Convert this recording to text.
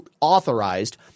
authorized